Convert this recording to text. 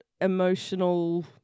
emotional